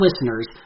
listeners